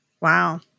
Wow